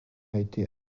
été